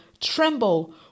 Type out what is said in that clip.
tremble